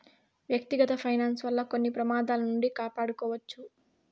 వ్యక్తిగత ఫైనాన్స్ వల్ల కొన్ని ప్రమాదాల నుండి కాపాడుకోవచ్చు